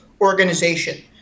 organization